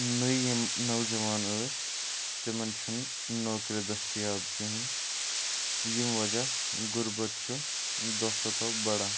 نٔے یِم نوجوان ٲسۍ تِمن چھُنہٕ نوکرِ دٔستِیاب کِہیٖنۍ ییٚمہِ وجہ غُربَت چھُ دۄہ کھۄت دۄہ بڑان